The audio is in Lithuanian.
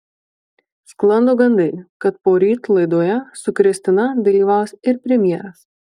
sklando gandai kad poryt laidoje su kristina dalyvaus ir premjeras